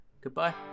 Goodbye